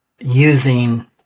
using